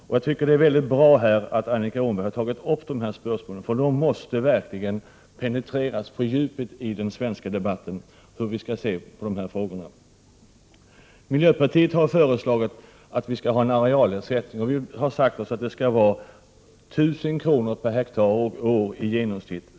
Jag tycker att det är mycket bra att Annika Åhnberg har tagit upp dessa spörsmål, för de måste verkligen penetreras grundligt i den svenska debatten. Miljöpartiet har föreslagit att det skall införas en arealersättning om 1 000 kr. per hektar och år i genomsnitt.